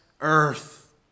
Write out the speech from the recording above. earth